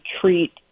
treat